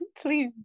Please